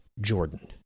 Jordan